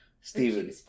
Steven